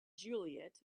juliet